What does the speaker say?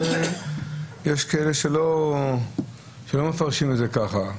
יש כאלה שלא מפרשים את זה כך.